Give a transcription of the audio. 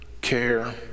care